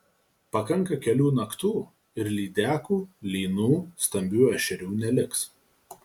pakanka kelių naktų ir lydekų lynų stambių ešerių neliks